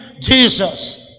Jesus